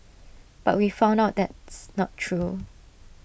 but we found out that's not true